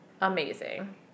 amazing